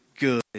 good